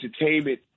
entertainment